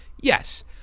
Yes